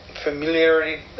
familiarity